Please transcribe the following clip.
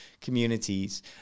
communities